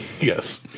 Yes